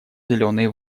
зеленые